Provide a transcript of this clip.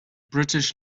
british